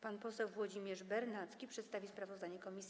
Pan poseł Włodzimierz Bernacki przedstawi sprawozdanie komisji.